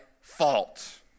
fault